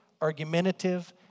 argumentative